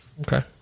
Okay